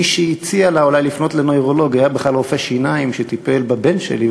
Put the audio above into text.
מי שהציע לה אולי לפנות לנוירולוג היה בכלל רופא שיניים שטיפל בבן שלי,